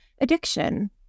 addiction